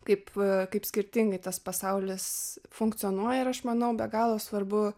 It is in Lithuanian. kaip kaip skirtingai tas pasaulis funkcionuoja ir aš manau be galo svarbu